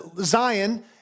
Zion